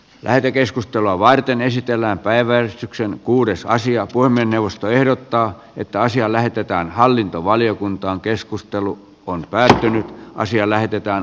lähetekeskustelua varten esitellään päiväystyksen kuudessa asiat voimme puhemiesneuvosto ehdottaa että asia lähetetään hallintovaliokuntaan keskustelu on päätetty asia lähetetään